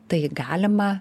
tai galima